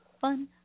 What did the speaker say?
fun